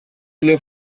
эле